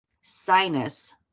sinus